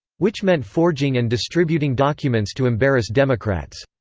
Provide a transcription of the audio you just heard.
which meant forging and distributing documents to embarrass democrats.